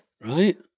Right